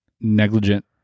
negligent